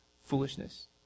foolishness